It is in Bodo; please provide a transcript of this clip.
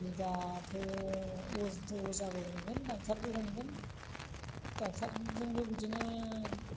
मानि दाथ' अजा अजाबो हमगोन डक्टरबो हमगोन डक्टरजोंबो बिदिनो